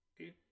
Okay